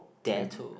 Dettol